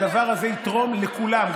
הדבר הזה יתרום לכולם,